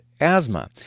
asthma